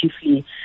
chiefly